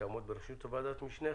שתעמוד בראשות ועדת המשנה,